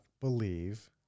believe